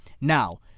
Now